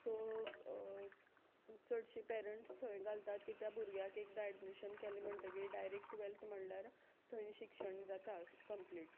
so चडशीं parents थंय घालतात कित्या भुरग्याक एकदां एडमिशन केलें म्हणटगीर डायरेक्ट टुवॅल्त म्हणल्यार थंय शिक्षण जाता कम्प्लीट